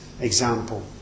example